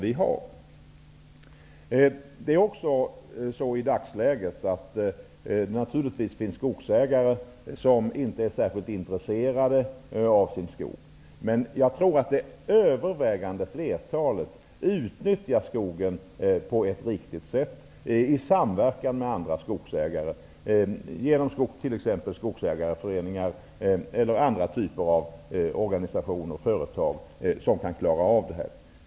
I dagsläget finns det naturligtvis skogsägare som inte är särskilt intresserade av sin skog, men jag tror att det övervägande flertalet utnyttjar skogen på ett riktigt sätt i samverkan med andra skogsägare, genom t.ex. skogsägareföreningar eller andra typer av organisationer och företag, som kan klara av detta.